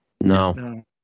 No